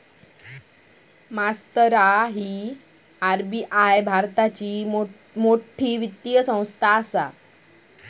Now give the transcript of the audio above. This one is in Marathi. मास्तरा आर.बी.आई भारताची मोठ वित्तीय संस्थान आसा